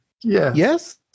Yes